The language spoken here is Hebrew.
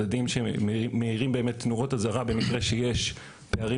מדדים שמעירים באמת נורות אזהרה במקרה שיש פערים